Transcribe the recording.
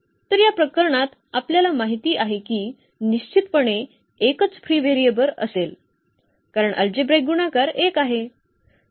तर या प्रकरणात आपल्याला माहित आहे की निश्चितपणे एकच फ्री व्हेरिएबल असेल कारण अल्जेब्राईक गुणाकार 1 आहे